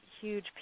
huge